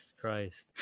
Christ